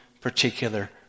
particular